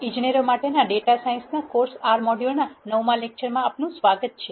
engineers માટે data science કોર્સના R મોડ્યુલનાં 9 માં લેક્ચરમાં આપનું સ્વાગત છે